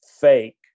fake